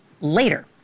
later